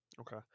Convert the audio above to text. Okay